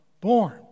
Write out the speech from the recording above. born